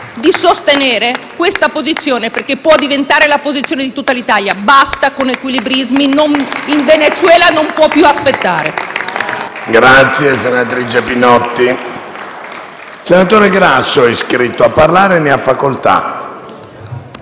di sostenere questa posizione, perché può diventare la posizione di tutta l'Italia. Basta con gli equilibrismi: il Venezuela non può più aspettare.